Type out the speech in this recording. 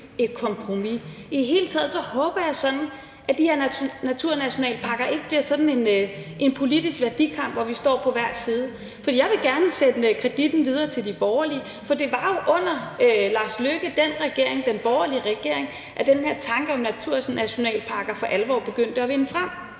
et kompromis. I det hele taget håber jeg sådan, at de her naturnationalparker ikke bliver en politisk værdikamp, hvor vi står på hver vores side. Og jeg vil gerne sende kreditten videre til de borgerlige, for det var jo under Lars Løkke Rasmussens regering, den borgerlige regering, at den her tanke om naturnationalparker for alvor begyndte at vinde frem.